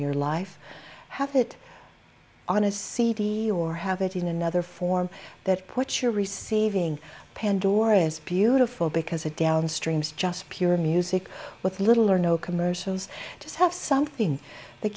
your life have it on a cd or have it in another form that put your receiving pandoras beautiful because a down streams just pure music with little or no commercials just have something that